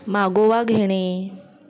मागोवा घेणे